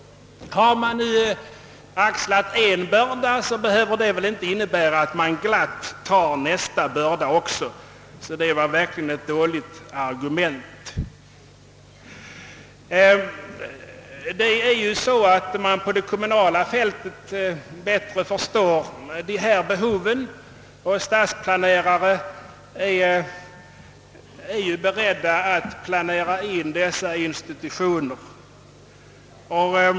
Har man nu axlat en börda behöver det emellertid inte innebära att man glatt tar på sig nästa börda också. Hans argument var verkligen ett dåligt sådant. På det kommunala fältet har man bättre förståelse för de aktuella behoven. Stadsplanerarna ' försöker = tillgodose önskemålen om kyrkliga och frikyrkliga institutioner.